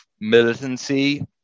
militancy